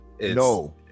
No